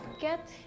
get